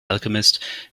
alchemist